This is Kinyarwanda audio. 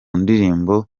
ndirimbo